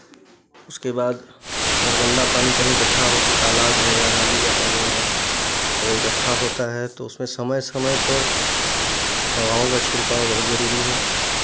उसके बाद अगर गंदा पानी कहीं इकट्ठा होके तालाब है या नाली का पानी है अगर इकट्ठा होता है तो उसमें समय समय पर दवाओं का छिड़काव बहुत जरूरी है